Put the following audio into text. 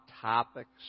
topics